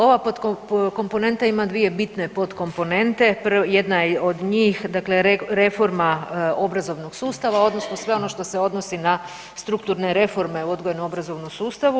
Ova komponenta ima dvije bitne potkomponente, jedna je od njih dakle reforma obrazovnog sustava odnosno sve ono što se odnosi na strukturne reforme u odgojno obrazovnom sustavu.